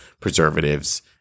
preservatives